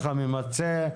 הממצה,